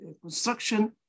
Construction